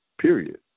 period